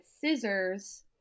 scissors